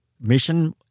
Mission